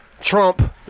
Trump